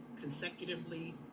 consecutively